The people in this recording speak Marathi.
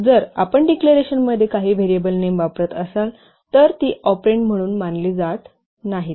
जर आपण डिक्लेरेशनमध्ये काही व्हेरिएबल नेम वापरत असाल तर ती ऑपरेन्ड म्हणून मानली जात नाहीत